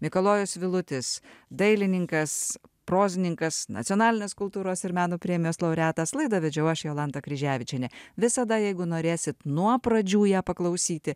mikalojus vilutis dailininkas prozininkas nacionalinės kultūros ir meno premijos laureatas laidą vedžiau aš jolanta kryževičienė visada jeigu norėsit nuo pradžių ją paklausyti